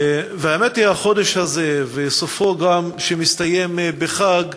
האמת היא, החודש הזה, וגם סופו, הוא מסתיים בחג,